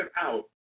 out